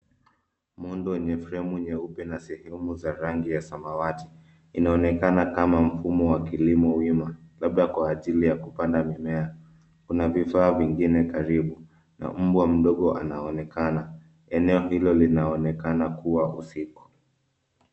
Muundo wenye fremu nyeupe na sehemu za rangi ya samawati inaonekana kama mfumo wa kilimo wima labda kwa ajili ya kupanda mimea. Kuna vifaa vingine karibu na mbwa mdogo anaonekana. Eneo hilo linaonekana kuwa usiku.